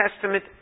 Testament